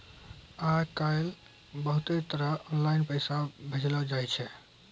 आय काइल बहुते तरह आनलाईन पैसा भेजलो जाय छै